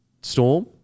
Storm